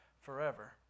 forever